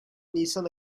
nisan